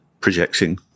projecting